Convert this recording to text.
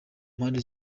mpande